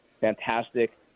fantastic